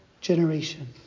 generation